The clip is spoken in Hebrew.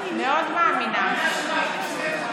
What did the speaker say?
את לא מאמינה לזה.